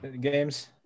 games